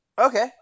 Okay